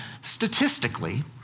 statistically